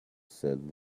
said